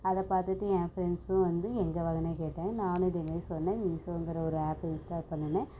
அதை பார்த்துட்டு என் ஃப்ரெண்ட்ஸ்ஸும் வந்து எங்கே வாங்கினனு கேட்டாங்க நானும் இதேமாதிரி சொன்னேன் மீஷோங்கிற ஒரு ஆப் இன்ஸ்டால் பண்ணுனேன்